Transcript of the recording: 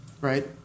right